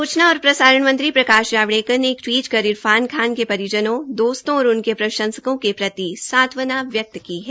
सूचना और प्रसारण मंत्री प्रकाश जावड़ेकर ने एक टवीट कर इरफान खान के परिजनों दोस्तों और उनके प्रंशसकों के प्रति सांत्वना व्यक्त की है